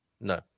No